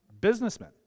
businessmen